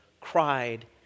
cried